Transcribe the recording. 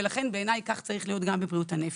ולכן בעיניי כך צריך להיות גם בבריאות הנפש.